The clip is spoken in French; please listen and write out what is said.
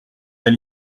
d’un